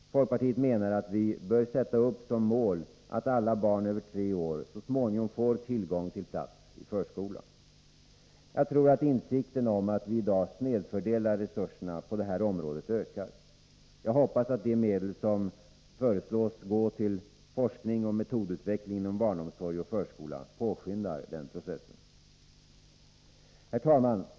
Folkpartiet menar att vi bör sätta upp som mål att alla barn över tre år så småningom får tillgång till plats i förskola. Jag tror att insikten om att vi i dag snedfördelar resurserna på det här området ökar. Jag hoppas att de medel som föreslås gå till forskning och metodutveckling inom barnomsorg och förskola påskyndar den processen. Herr talman!